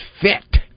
fit